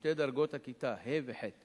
ובשתי דרגות הכיתה, ה' וח',